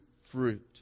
fruit